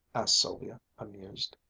asked sylvia, amused.